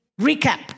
recap